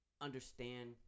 understand